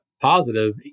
Positive